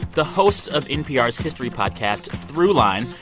the hosts of npr's history podcast, throughline,